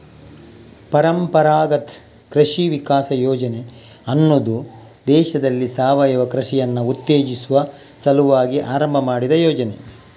ಪರಂಪರಾಗತ್ ಕೃಷಿ ವಿಕಾಸ ಯೋಜನೆ ಅನ್ನುದು ದೇಶದಲ್ಲಿ ಸಾವಯವ ಕೃಷಿಯನ್ನ ಉತ್ತೇಜಿಸುವ ಸಲುವಾಗಿ ಆರಂಭ ಮಾಡಿದ ಯೋಜನೆ